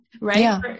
Right